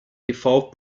default